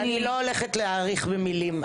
בסדר, אני לא הולכת להאריך במילים.